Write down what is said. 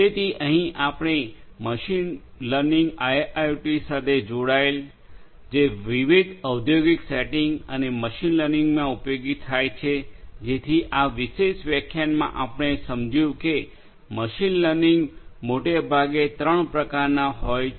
તેથી અહીં આપણી પાસે મશીન લર્નિંગ આઇઆઇઓટી સાથે જોડાયેલ જે વિવિધ ઔંદ્યોગિક સેટિંગ્સ અને મશીન લર્નિંગમાં ઉપયોગી થાય છે જેથી આ વિશેષ વ્યાખ્યાનમાં આપણે સમજ્યું કે મશીન લર્નિંગ મોટે ભાગે ત્રણ પ્રકારનાં હોય છે